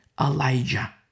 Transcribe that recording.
Elijah